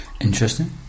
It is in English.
Interesting